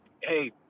hey